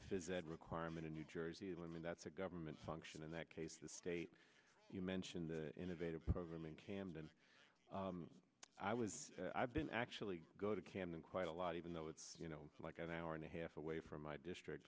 visit requirement in new jersey and i mean that's a government function in that case the state you mention the innovative program in camden i was i've been actually go to camden quite a lot even though it's you know like an hour and a half away from my district